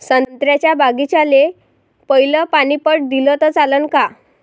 संत्र्याच्या बागीचाले पयलं पानी पट दिलं त चालन का?